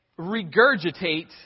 regurgitate